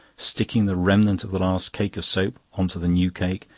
sticking the remnant of the last cake of soap on to the new cake,